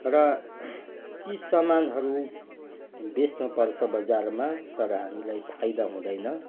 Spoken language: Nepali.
र ती सामानहरू बेच्नपर्छ बजारमा तर हामीलाई फाइदा हुँदैन